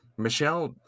Michelle